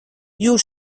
jūs